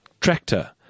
tractor